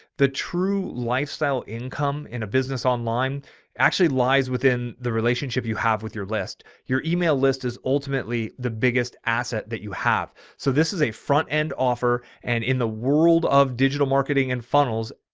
the true lifestyle income in a business online actually lies within the relationship you have with your list. your email list is ultimately the biggest asset that you have. so this is a front end offer and in the world of digital marketing and funnels,